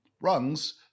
rungs